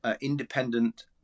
independent